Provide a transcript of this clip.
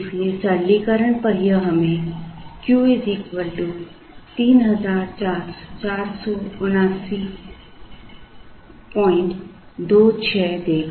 इसलिए सरलीकरण पर यह हमें Q 347926 देगा